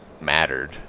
mattered